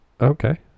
Okay